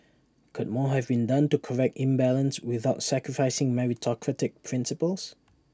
could more have been done to correct imbalance without sacrificing meritocratic principles